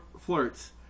flirts